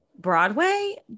Broadway